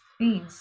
please